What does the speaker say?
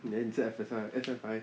then 你这样 emphasise emphasise